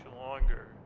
longer